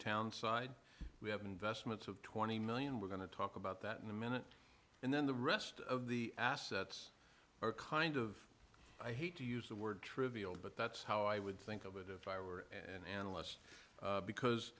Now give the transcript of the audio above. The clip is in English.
town side we have investments of twenty million we're going to talk about that in a minute and then the rest of the assets are kind of i hate to use the word trivial but that's how i would think of it if i were an analyst because